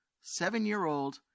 seven-year-old